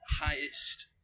highest